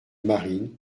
marines